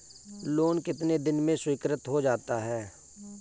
Loan कितने दिन में स्वीकृत हो जाता है?